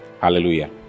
hallelujah